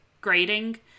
grading